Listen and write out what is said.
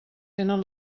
tenen